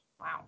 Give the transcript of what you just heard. Wow